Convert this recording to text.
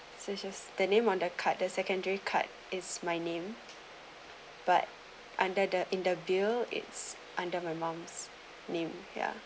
such as the name on the card the secondary card is my name but under the in the bill it's under my mom's name ya